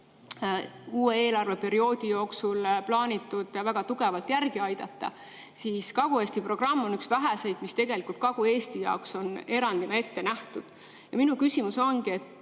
uue eelarveperioodi jooksul plaanitud väga tugevalt järgi aidata, siis Kagu-Eesti programm on üks väheseid, mis tegelikult Kagu-Eesti jaoks on erandina ette nähtud. Ja minu küsimus ongi,